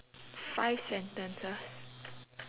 five sentences